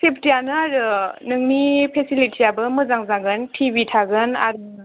सेफ्टिआनो आरो नोंनि फेसिलिटियाबो मोजां जागोन टि भि थागोन आरो